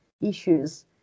issues